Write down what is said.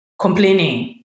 complaining